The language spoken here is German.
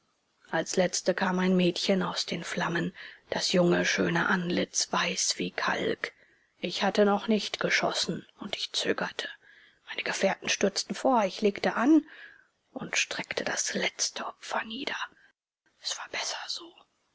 als letzte kam ein mädchen aus den flammen das junge schöne antlitz weiß wie kalk ich hatte noch nicht geschossen und ich zögerte meine gefährten stürzten vor ich legte an und streckte das letzte opfer nieder es war besser so